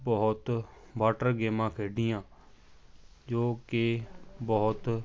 ਬਹੁਤ ਵਾਟਰ ਗੇਮਾਂ ਖੇਡੀਆਂ ਜੋ ਕਿ ਬਹੁਤ